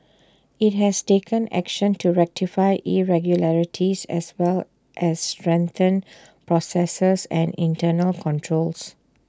IT has taken action to rectify irregularities as well as strengthen processes and internal controls